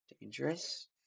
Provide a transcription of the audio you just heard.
dangerous